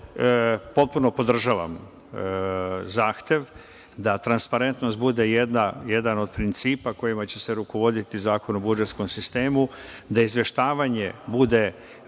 potpuno podržavam zahtev da transparentnost bude jedan od principa kojima će se rukovoditi Zakon o budžetskom sistemu, da izveštavanje bude